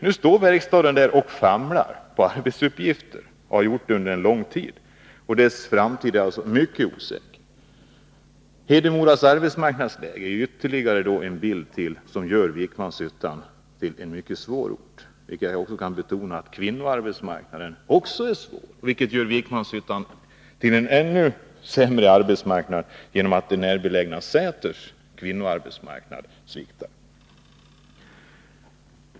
Nu står verkstaden där och famlar efter arbetsuppgifter. Den har gjort det under en lång tid, och dess framtid är alltså mycket osäker. Hedemoras arbetsmarknadsläge är ytterligare en faktor som gör Vikmanshyttan till en mycket problemfylld ort. Det bör betonas att också kvinnoarbetsmarknaden är svår, och Vikmanshyttans arbetsmarknadssituation förvärras ytterligare av att det närbelägna Säters kvinnoarbetsmarknad sviktar.